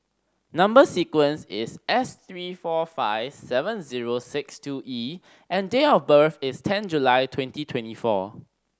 number sequence is S three four five seven zero six two E and date of birth is ten July twenty twenty four